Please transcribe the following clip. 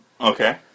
Okay